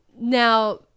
Now